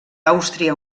àustria